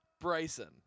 Bryson